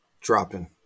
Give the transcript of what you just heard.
dropping